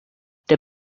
der